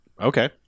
Okay